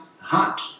heart